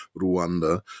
Rwanda